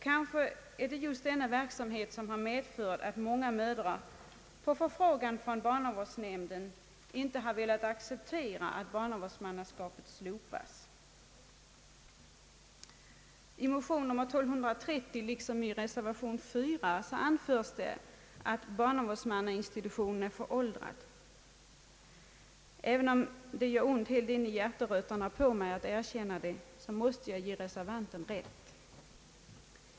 Kanske är det just denna verksamhet som har medfört att många mödrar på förfrågan från barnavårdsnämnden inte har velat acceptera att barnavårdsmannaskapet slopas. I motion II: 1230 liksom i reservation 4 anförs att barnavårdsmannainstitutionen är föråldrad. Även om det gör ont ända in i hjärterötterna på mig att erkänna det så måste jag ge reservanten rätt.